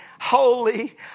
holy